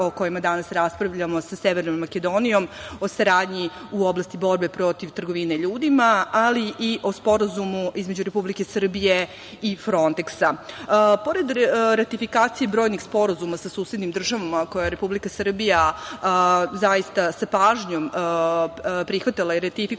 o kojima danas raspravljamo sa Severnom Makedonijom o saradnji u oblasti borbe protiv trgovine ljudima, ali i o Sporazumu između Republike Srbije i "Fronteksa".Pored ratifikacije brojnih sporazuma sa susednim državama koje je Republika Srbija zaista sa pažnjom prihvatala i ratifikovala